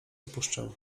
opuszczę